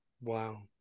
Wow